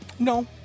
No